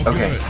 Okay